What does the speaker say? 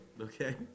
Okay